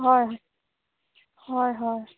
হয় হয় হয়